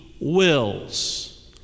wills